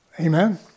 Amen